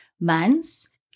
months